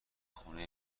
خونه